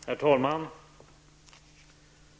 Herr talman!